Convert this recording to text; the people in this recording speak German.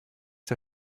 der